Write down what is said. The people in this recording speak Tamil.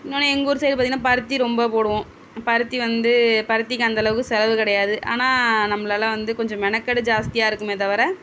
இன்னொன்னு எங்கள் ஊர் சைடு பார்த்திங்கனா பருத்தி ரொம்ப போடுவோம் பருத்தி வந்து பருத்திக்கு அந்த அளவுக்கு செலவு கிடையாது ஆனால் நம்மளால வந்து கொஞ்சம் மெனக்கெடு ஜாஸ்தியாக இருக்குமே தவிர